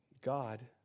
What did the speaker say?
God